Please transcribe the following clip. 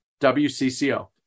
WCCO